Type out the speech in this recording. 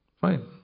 fine